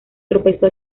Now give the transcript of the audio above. tropezó